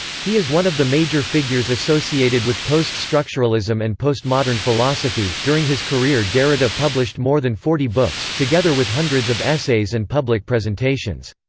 he is one of the major figures associated with post-structuralism and postmodern philosophy during his career derrida published more than forty books, together with hundreds of essays and public presentations.